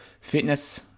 fitness